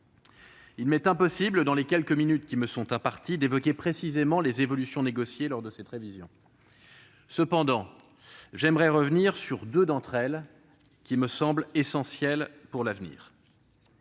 Il m'est impossible, dans les quelques minutes qui me sont imparties, d'évoquer précisément les évolutions qui ont été négociées en vue de la révision de cet accord. J'aimerais toutefois revenir sur deux d'entre elles, qui me semblent essentielles pour l'avenir.